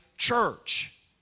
church